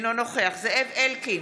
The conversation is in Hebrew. אינו נוכח זאב אלקין,